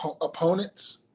opponents